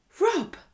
Rob